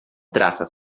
traces